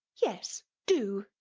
yes, do!